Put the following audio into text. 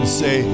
say